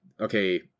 okay